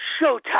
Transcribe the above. showtime